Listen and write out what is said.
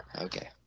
Okay